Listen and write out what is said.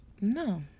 no